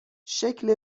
شکل